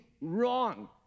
wrong